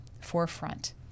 forefront